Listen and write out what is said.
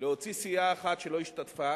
להוציא סיעה אחת שלא השתתפה,